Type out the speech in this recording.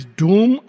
doom